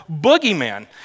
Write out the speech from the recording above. boogeyman